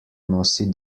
nosi